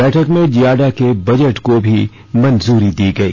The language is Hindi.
बैठक में जियाडा के बजट को भी मंजूरी दी गई